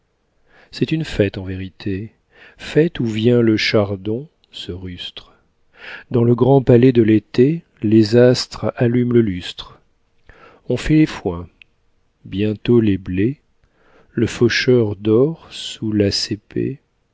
c'est une fête en vérité fête où vient le chardon ce rustre dans le grand palais de l'été les astres allument le lustre on fait les foins bientôt les blés le faucheur dort sous la cépée